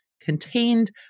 contained